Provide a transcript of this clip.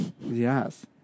Yes